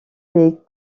les